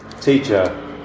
teacher